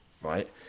right